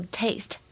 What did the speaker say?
taste 。